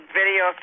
video